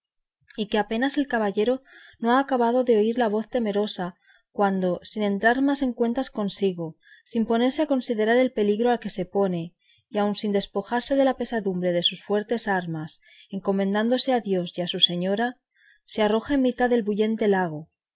y que apenas el caballero no ha acabado de oír la voz temerosa cuando sin entrar más en cuentas consigo sin ponerse a considerar el peligro a que se pone y aun sin despojarse de la pesadumbre de sus fuertes armas encomendándose a dios y a su señora se arroja en mitad del bullente lago